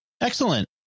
Excellent